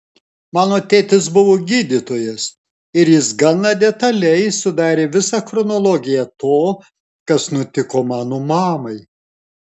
mano tėtis buvo gydytojas ir jis gana detaliai sudarė visą chronologiją to kas nutiko mano mamai